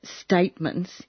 statements